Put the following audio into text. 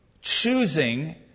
choosing